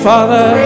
Father